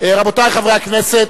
רבותי חברי הכנסת,